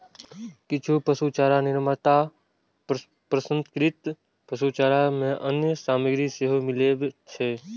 किछु पशुचारा निर्माता प्रसंस्कृत पशुचारा मे अन्य सामग्री सेहो मिलबै छै